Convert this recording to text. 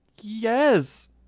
Yes